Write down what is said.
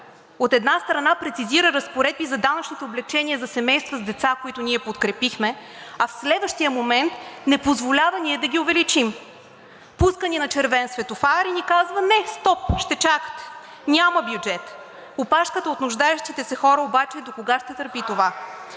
от една страна, прецизира разпоредби за данъчното облекчение за семейства с деца, които ние подкрепихме, а в следващия момент не позволява да ги увеличим. Пуска ни на червен светофар и ни казва: не, стоп, ще чакате, няма бюджет. Опашката от нуждаещите се хора обаче докога ще търпи това?